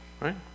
Right